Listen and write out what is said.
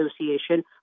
Association